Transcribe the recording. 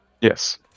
Yes